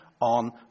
on